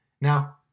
Now